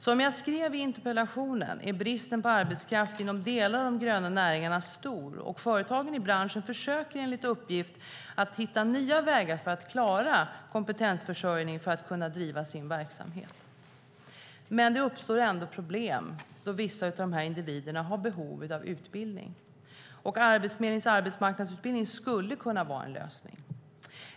Som jag skriver i interpellationen är bristen på arbetskraft inom delar av de gröna näringarna stor, och företagen i branschen försöker enligt uppgift att hitta nya vägar för att klara kompetensförsörjningen för att kunna driva sin verksamhet. Men det uppstår ändå problem, eftersom vissa av de här individerna har behov av utbildning. Arbetsförmedlingens arbetsmarknadsutbildning skulle kunna vara en lösning.